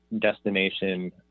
destination